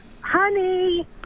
honey